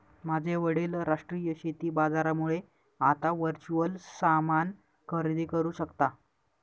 माझे वडील राष्ट्रीय शेती बाजारामुळे आता वर्च्युअल सामान खरेदी करू शकता